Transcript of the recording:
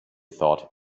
thought